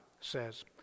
says